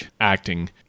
acting